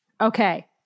Okay